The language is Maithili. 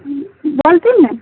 बोलथिन ने